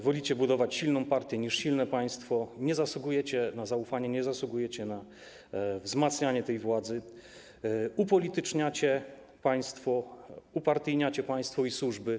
Wolicie budować silną partię niż silne państwo, nie zasługujecie na zaufanie, nie zasługujecie na wzmacnianie tej władzy, upolityczniacie państwo, upartyjniacie państwo i służby.